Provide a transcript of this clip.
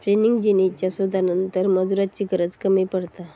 spinning जेनीच्या शोधानंतर मजुरांची गरज कमी पडता